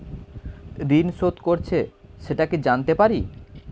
ঋণ শোধ করেছে সেটা কি জানতে পারি?